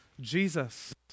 Jesus